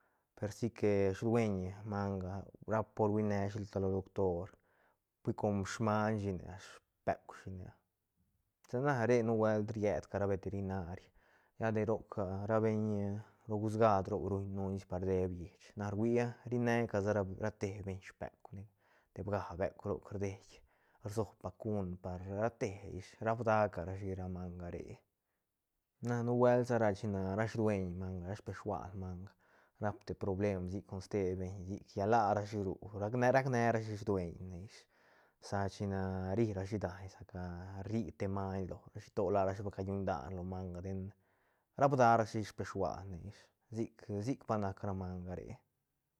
Per si que shudeñ manga rap por hui neshi ta lo doctor hui com smaiñ shine a speuk shine a sa na re nubuelt rietca ra beterinari lla de roc ra beñ ro busgact roc ruñ nuuns par dep lleich na rui ri neca ca sa ra te beñ speukne teb ga beuk roc rdei rsoob bacun par ra te ish rap da carashi ra manga re na nubuelt sa china ra dueñ manga ra speshuan manga rap te problem sic con ste beñ sic lla la ra shi ru rac ne rac ne rashi dueñne ish sa china ri rashi daiñ sa ca rri te maiñ lo rashi to larashi ba calluñ dan lo manga den rapdarashi speshuanne ish sic- sic pa nac ra manga re